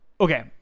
Okay